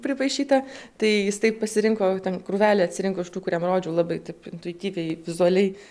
pripaišyta tai jis taip pasirinko ten krūvelę atsirinko iš tų kuriam rodžiau labai taip intuityviai vizualiai